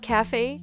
Cafe